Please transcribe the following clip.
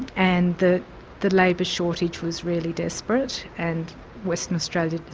and the the labour shortage was really desperate, and western australia,